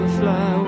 fly